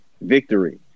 victory